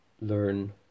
learn